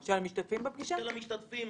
של המשתתפים,